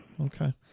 Okay